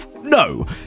No